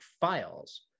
files